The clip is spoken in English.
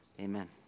amen